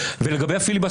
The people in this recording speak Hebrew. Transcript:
מדינת ישראל.